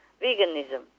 veganism